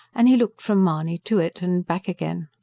and he looked from mahony to it and back again.